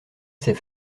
ses